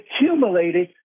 accumulated